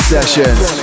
Sessions